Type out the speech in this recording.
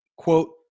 Quote